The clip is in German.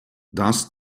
das